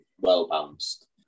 well-balanced